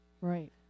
Right